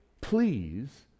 please